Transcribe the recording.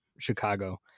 Chicago